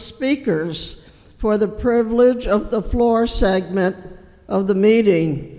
speakers for the privilege of the floor segment of the meeting